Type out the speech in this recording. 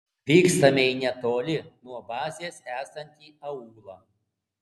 vykstame į netoli nuo bazės esantį aūlą